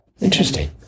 Interesting